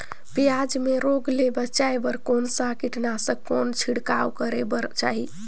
पियाज मे रोग ले बचाय बार कौन सा कीटनाशक कौन छिड़काव करे बर चाही?